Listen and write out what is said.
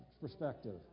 perspective